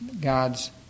God's